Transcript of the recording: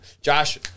Josh